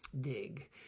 dig